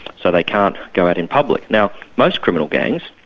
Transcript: so they can't go out in public. now, most criminal gangs,